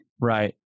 Right